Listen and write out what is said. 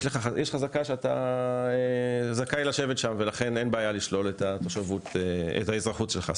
יש חזקה שאתה זכאי לשבת שם ולכן אין בעיה לשלול את האזרחות שלך.